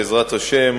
בעזרת השם,